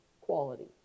quality